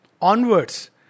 onwards